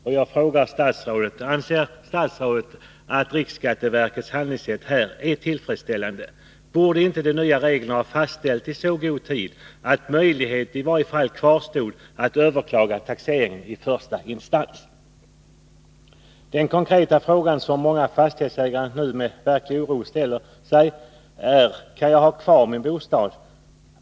Jag vill fråga statsrådet: Anser statsrådet att riksskatteverkets handlingssätt är tillfredsställande? Borde inte de nya reglerna ha fastställts i så god tid att möjligheten kvarstod att överklaga taxeringen i första instans? Den konkreta fråga som många fastighetsägare nu med verklig oro ställer sig är: Kan jag ha kvar min bostad?